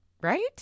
right